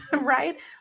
Right